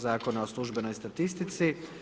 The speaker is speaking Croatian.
Zakona o službenoj statistici.